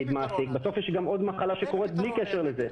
בסוף יש גם עוד מחלה שקורית בלי קשר לזה.